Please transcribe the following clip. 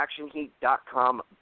actionheat.com